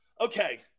Okay